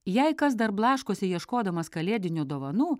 jei kas dar blaškosi ieškodamas kalėdinių dovanų